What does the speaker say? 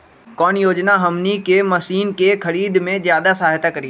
कौन योजना हमनी के मशीन के खरीद में ज्यादा सहायता करी?